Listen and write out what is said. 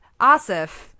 Asif